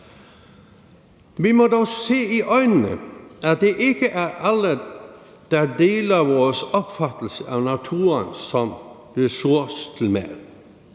Vi må dog se i øjnene, at det ikke er alle, der deler vores opfattelse af naturen som ressource